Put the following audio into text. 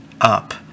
up